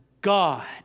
God